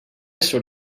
sort